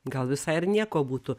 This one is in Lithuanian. gal visai ir nieko būtų